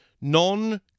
non